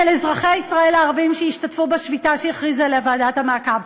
אזרחי ישראל הערבים שהשתתפו בשביתה שהכריזה עליה ועדת המעקב,